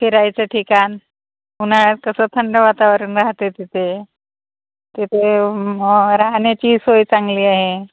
फिरायचं ठिकाण उन्हाळ्यात कसं थंड वातावरण राहते तिथे तिथे राहण्याची सोय चांगली आहे